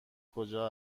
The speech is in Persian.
کجا